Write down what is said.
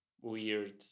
weird